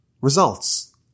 results